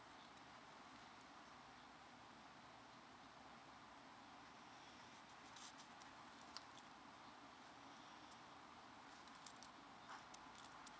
err k play